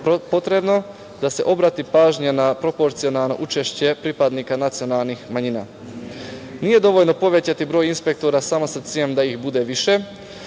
potrebno da se obrati pažnja na proporcionalno učešće pripadnika nacionalnih manjina. Nije dovoljno povećati broj inspektora samo sa ciljem da ih bude više,